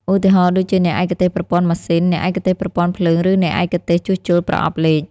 ឧទាហរណ៍ដូចជាអ្នកឯកទេសប្រព័ន្ធម៉ាស៊ីន អ្នកឯកទេសប្រព័ន្ធភ្លើងឬអ្នកឯកទេសជួសជុលប្រអប់លេខ។